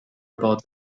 about